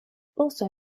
also